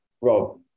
Rob